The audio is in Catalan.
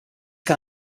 que